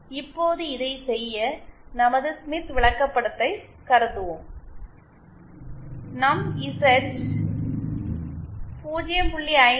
இப்போது இதைச் செய்ய நமது ஸ்மித் விளக்கப்படத்தை கருதுவோம் நம் இசட் 0